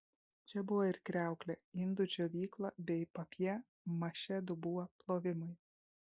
čia buvo ir kriauklė indų džiovykla bei papjė mašė dubuo plovimui